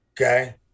Okay